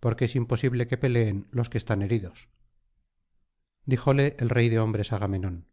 porque es imposible que peleen los que están heridos díjole el rey de hombres agamenón